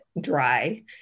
dry